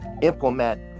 implement